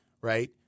right